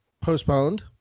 postponed